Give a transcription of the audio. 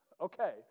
Okay